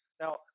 Now